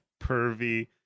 pervy